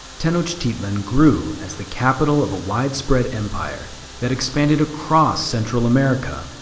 tenochtitlan grew as the capital of a widespread empire that expanded across central america.